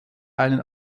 einen